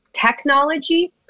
technology